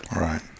right